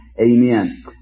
Amen